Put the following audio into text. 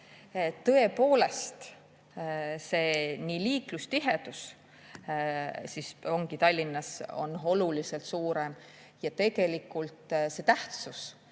Tõepoolest, liiklustihedus on Tallinnas oluliselt suurem ja tegelikult see tähtsus